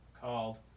called